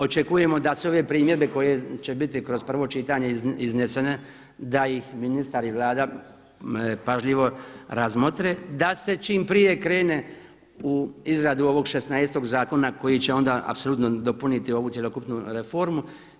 Očekujemo da se ove primjedbe koje će biti kroz prvo čitanje iznesene da ih ministar i Vlada pažljivo razmotre, da se čim prije krene u izradu ovog 16.-tog zakona koji će onda apsolutno dopuniti ovu cjelokupnu reformu.